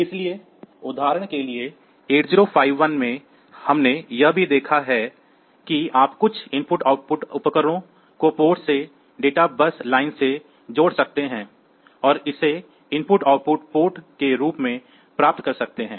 इसलिए उदाहरण के लिए 8085 में हमने यह भी देखा है कि आप कुछ IO उपकरणों को पोर्ट से डेटा बस लाइन से जोड़ सकते हैं और इसे IO पोर्ट के रूप में प्राप्त कर सकते हैं